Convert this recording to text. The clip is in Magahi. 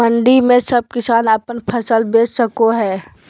मंडी में सब किसान अपन फसल बेच सको है?